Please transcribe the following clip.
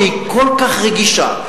שהיא כל כך רגישה,